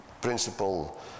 principle